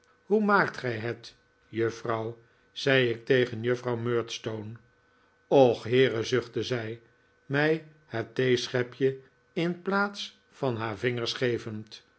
hoe maakt gij net juffrouw zei ik tegen juffrouw murdstone och heere zuchtte zij mij het theeschepje in plaats van haar vingers gevend